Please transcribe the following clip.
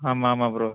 ஆமாம் ஆமாம் ப்ரோ